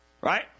Right